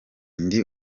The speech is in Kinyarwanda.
ndi